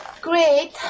Great